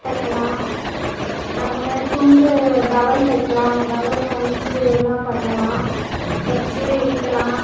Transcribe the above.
தைக்கலாம் அப்புறமே துண்டு டவல் தைக்கலாம் டவல் கண்கு எல்லாம் பண்ணலாம் தச்சு விற்கலாம்